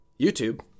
YouTube